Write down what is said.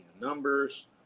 numbers